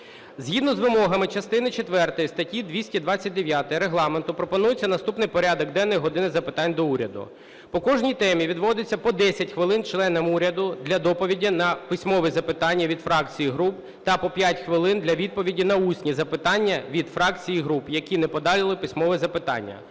Згідно з вимогами частини четвертої статті 229 Регламенту пропонується наступний порядок денний "години запитань до Уряду". По кожній темі відводиться по 10 хвилин членам уряду для доповіді на письмове запитання від фракцій і груп та по 5 хвилин для відповіді на усні запитання від фракцій і груп, які не подали письмове запитання.